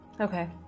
Okay